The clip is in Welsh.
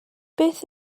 beth